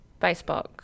Facebook